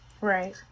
Right